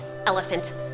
elephant